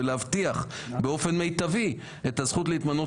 ולהבטיח באופן מיטבי את הזכות להתמנות